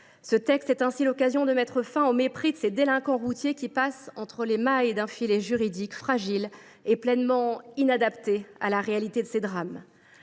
Ce texte est ainsi l’occasion de mettre fin au mépris de ces délinquants routiers qui passent entre les mailles d’un filet juridique fragile et totalement inadapté à la réalité de ces drames.